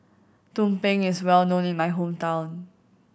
tumpeng is well known in my hometown